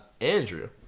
Andrew